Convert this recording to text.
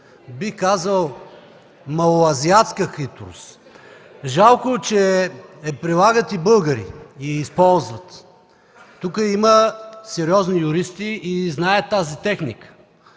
бих казал малоазиатска хитрост. Жалко, че я прилагат и българи, и я използват. Тук има сериозни юристи и знаят тази техника.